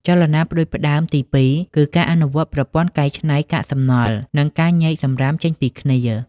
ចលនាផ្តួចផ្តើមទីពីរគឺការអនុវត្តប្រព័ន្ធកែច្នៃកាកសំណល់ និងការញែកសំរាមចេញពីគ្នា។